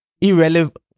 irrelevant